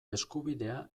eskubidea